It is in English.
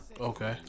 Okay